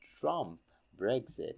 Trump-Brexit